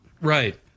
Right